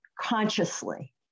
consciously